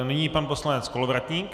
Nyní pan poslanec Kolovratník.